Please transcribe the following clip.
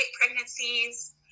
pregnancies